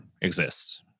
exists